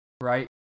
right